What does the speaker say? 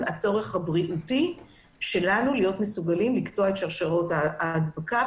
הצורך בקטיעת שירותי ההדבקה.